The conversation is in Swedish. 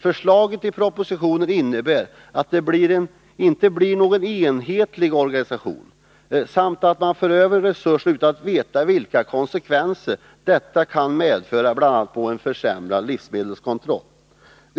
Förslaget i propositionen innebär att det inte blir någon enhetlig organisation samt att man för över resurser utan att veta vilka konsekvenser detta kan få, bl.a. i form av försämrad livsmedelskontroll.